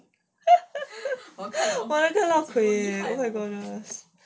!wah! super lao kui eh